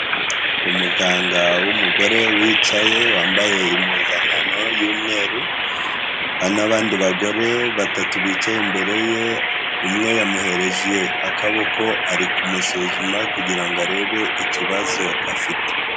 Umuganga w'umugore wicaye, wambaye impuzankano y'umweru n'abandi bagore batatu bicaye imbere ye, umwe yamuhereje akaboko ari kumusuzuma kugira ngo arebe ikibazo afite.